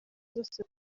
zose